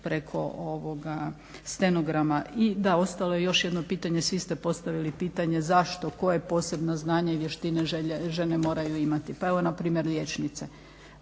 preko stenograma. I da ostalo je još jedno pitanje, svi ste postavili pitanje zašto, koje posebno znanje i vještine žene moraju imati. Pa evo npr. liječnice,